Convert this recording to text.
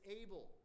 able